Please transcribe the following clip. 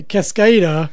Cascada